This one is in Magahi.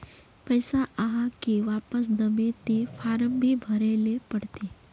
पैसा आहाँ के वापस दबे ते फारम भी भरें ले पड़ते?